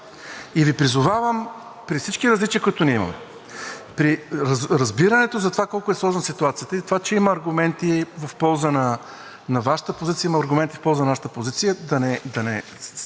и Ви призовавам при всички различия, които ние имаме, при разбирането за това колко е сложна ситуацията и за това, че има аргументи в полза на вашата позиция, има аргументи в полза на нашата позиция, да не